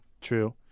true